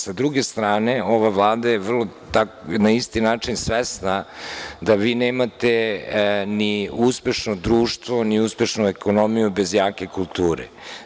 Sa druge strane, ova Vlada je na isti način svesna da vi nemate ni uspešno društvo, ni uspešnu ekonomiju bez jake kulture.